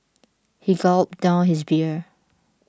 he gulped down his beer